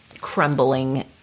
crumbling